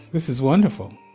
this is wonderful.